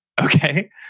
Okay